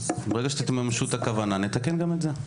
ברגע שתממשו את הכוונה, נתקן גם את זה.